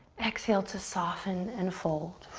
exhale to soften and fold.